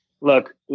look